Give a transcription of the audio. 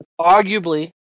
arguably